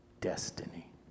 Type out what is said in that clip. destiny